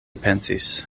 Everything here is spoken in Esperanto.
pensis